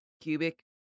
Cubic